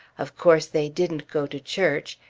of course they didn't go to church.